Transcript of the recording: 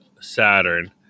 Saturn